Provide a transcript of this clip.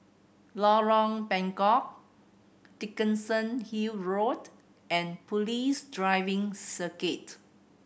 Lorong Bengkok Dickenson Hill Road and Police Driving Circuit